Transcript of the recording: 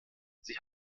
sie